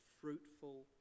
fruitful